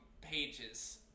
pages